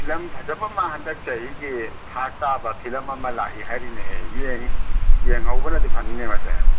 film ꯐꯖꯕ ꯑꯃ ꯍꯟꯗꯛ ꯆꯍꯤꯒꯤ ꯐꯥꯁ ꯇꯥꯕ ꯐꯤꯂꯝ ꯑꯃ ꯂꯥꯛꯏ ꯍꯥꯏꯔꯤꯅꯦ ꯌꯦꯡꯍꯧꯕꯅꯗꯤ ꯐꯅꯤꯅꯦ ꯃꯁꯦ